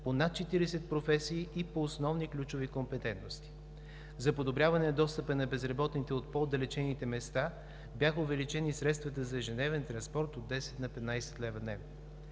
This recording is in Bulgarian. по над 40 професии и по основни ключови компетентности. За подобряване достъпа на безработните от по-отдалечените места бяха увеличени средствата за ежедневен транспорт от 10 на 13 лв. дневно.